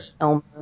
Elmer